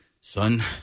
son